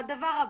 והדבר הבא.